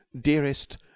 dearest